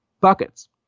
Buckets